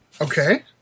Okay